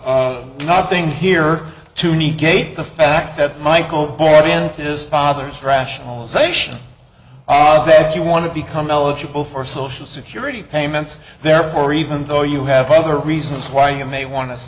up nothing here to me gave the fact that michael had and his father's rationalization that you want to become eligible for social security payments therefore even though you have other reasons why you may want